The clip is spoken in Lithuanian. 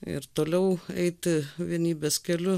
ir toliau eiti vienybės keliu